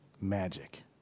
magic